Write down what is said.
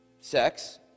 sex